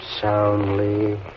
soundly